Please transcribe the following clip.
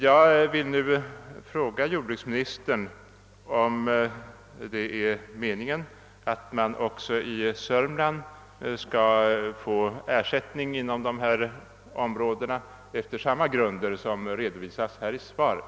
Jag vill nu fråga jordbruksministern, om det är meningen att man också i Södermanland skall få ersättning inom dessa områden efter samma grunder som redovisas här i svaret.